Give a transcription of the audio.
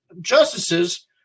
justices